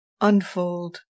unfold